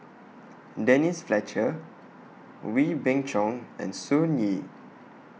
Denise Fletcher Wee Beng Chong and Sun Yee